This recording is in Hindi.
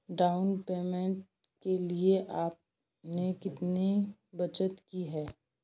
डाउन पेमेंट के लिए आपने कितनी बचत की है?